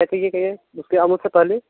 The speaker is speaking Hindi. क्या चाहिए कहिए उसके आमों से पहले